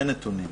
אין נתונים.